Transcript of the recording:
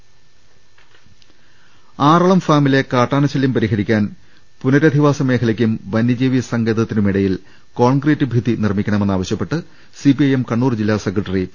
ൃ ആറളം ഫാമിലെ കാട്ടാന ശല്യം പരിഹരിക്കാൻ പുനരധിവാസ മേഖലയ്ക്കും ്വന്യജീവി സങ്കേതത്തിനുമിടയിൽ കോൺക്രീറ്റ് ഭിത്തി നിർമിക്കണമെന്ന് ആവശൃപ്പെട്ട് സിപിഐഎം കണ്ണൂർ ജില്ലാ സെക്രട്ടറി പി